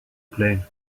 plane